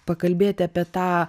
pakalbėti apie tą